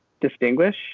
distinguish